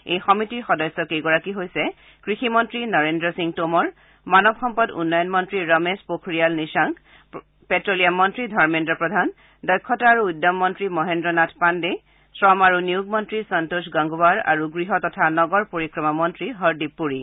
এই সমিতিৰ সদস্য কেইজন হ'ল কৃষিমন্ত্ৰী নৰেন্দ্ৰ সিং টোমৰ মানৱ সম্পদ উন্নয়ন মন্ত্ৰী ৰমেশ পোখৰিয়াল নিচাংক প্টেলিয়াম মন্ত্ৰী ধৰ্মেন্দ্ৰ প্ৰধান দক্ষতা আৰু উদ্যম মন্ত্ৰী মহেন্দ্ৰনাথ পাণ্ডে শ্ৰম আৰু নিয়োগ মন্ত্ৰী সন্তোষ গাংগবাৰ গৃহ তথা নগৰ পৰিক্ৰমা মন্ত্ৰী হৰদ্বীপ পুৰী